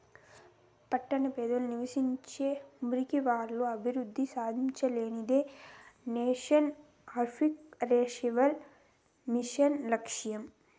పట్టణ పేదలు నివసించే మురికివాడలు అభివృద్ధి సాధించాలనేదే నేషనల్ అర్బన్ రెన్యువల్ మిషన్ లక్ష్యం